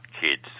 kids